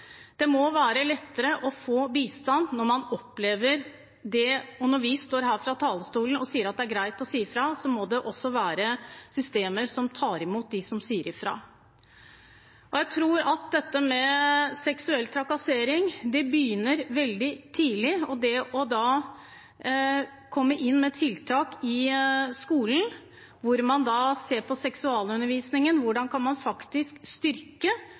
Det må være lettere å få bistand når man opplever det, og når vi står her fra talerstolen og sier at det er greit å si fra, må det også være systemer som tar imot dem som sier fra. Jeg tror at seksuell trakassering begynner veldig tidlig, og det å komme inn med tiltak i skolen, se på seksualundervisningen, hvordan man faktisk kan styrke